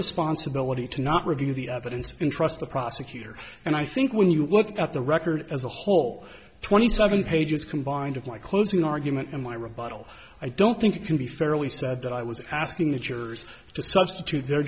responsibility to not review the evidence and trust the prosecutor and i think when you look at the record as a whole twenty seven pages combined of my closing argument in my rebuttal i don't think it can be fairly said that i was asking that yours to substitute their